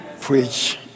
Preach